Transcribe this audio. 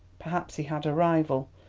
perhaps he had a rival,